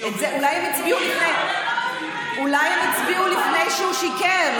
אולי הם הצביעו לפני שהוא שיקר,